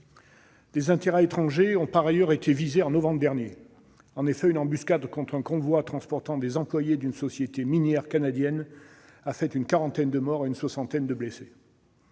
Des intérêts étrangers ont par ailleurs été visés en novembre dernier. En effet, une embuscade contre un convoi transportant des employés d'une société minière canadienne a fait une quarantaine de morts et une soixantaine de blessés.